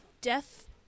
Death